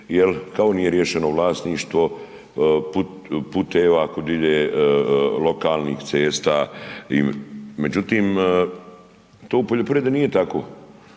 kao nije riješeno vlasništvo puteva kud ide lokalnih cesta i međutim tu u poljoprivredi nije tako.